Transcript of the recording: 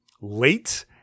late